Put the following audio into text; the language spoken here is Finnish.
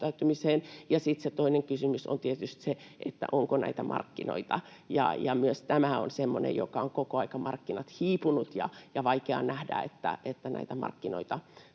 ja sitten se toinen kysymys on tietysti, onko näitä markkinoita. Myös tämä on semmoinen, sillä koko ajan markkinat ovat hiipuneet, ja on vaikea nähdä, että nämä markkinat